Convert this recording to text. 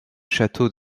château